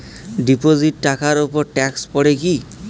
Deposit টাকার উপর tax পড়ে কি?